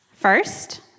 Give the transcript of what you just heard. First